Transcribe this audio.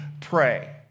pray